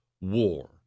War